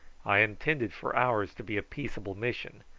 i intended for ours to be a peaceable mission,